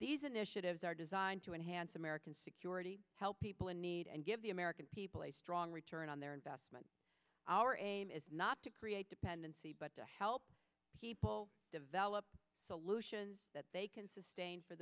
initiatives are designed to enhance american security to help people in need and give the american people a strong return on their investment our aim is not to create dependency but to help people develop solutions that they can sustain for